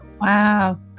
Wow